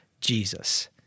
Jesus